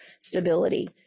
stability